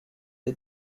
der